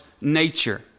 nature